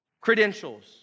Credentials